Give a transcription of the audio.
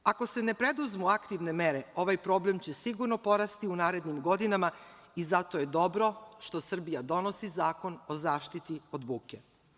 Ako se ne preduzmu aktivne mere ovaj problem će sigurno porasti u narednim godinama i zato je dobro što Srbija donosi Zakon o zaštiti od buke.